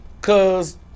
Cause